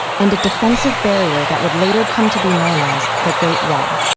and a defensive barrier that would later come to be known as the great wall.